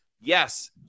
Yes